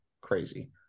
crazy